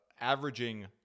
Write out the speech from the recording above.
averaging